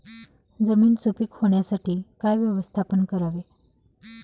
जमीन सुपीक होण्यासाठी काय व्यवस्थापन करावे?